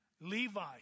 Levi